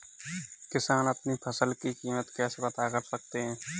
किसान अपनी फसल की कीमत कैसे पता कर सकते हैं?